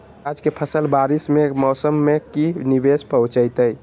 प्याज के फसल बारिस के मौसम में की निवेस पहुचैताई?